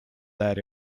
that